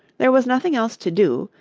there was nothing else to do,